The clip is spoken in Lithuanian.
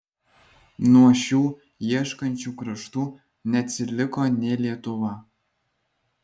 nuo šių ieškančių kraštų neatsiliko nė lietuva